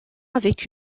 avec